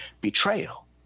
betrayal